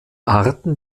arten